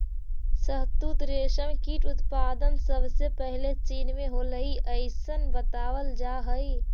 शहतूत रेशम कीट उत्पादन सबसे पहले चीन में होलइ अइसन बतावल जा हई